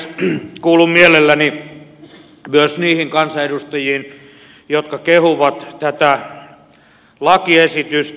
kuulun mielelläni myös niihin kansanedustajiin jotka kehuvat tätä lakiesitystä